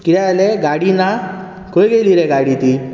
कितें जालें गाडी ना खंय गेली रे गाडी ती